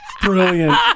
Brilliant